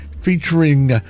featuring